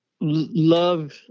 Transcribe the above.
love